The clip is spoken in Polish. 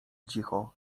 cicho